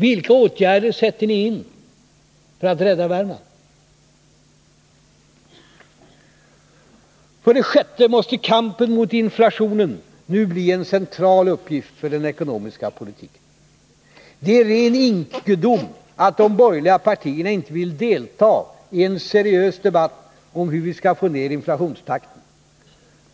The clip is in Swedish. Vilka åtgärder sätter ni in för att rädda Värmland? För det sjätte måste kampen mot inflationen nu bli en central uppgift för den ekonomiska politiken. Det är en ren ynkedom att de borgerliga partierna inte vill delta i en seriös debatt om hur vi skall få ner inflationstakten.